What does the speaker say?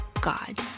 God